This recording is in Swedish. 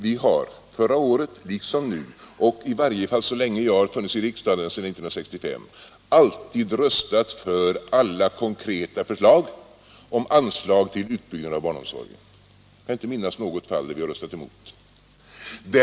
Vi har — förra året liksom nu och i varje fall så länge jag har funnits i riksdagen, dvs. sedan 1965 — alltid röstat för alla konkreta förslag om anslag till utbyggnad av barnomsorgen. Jag kan inte minnas något fall där vi har röstat emot något sådant.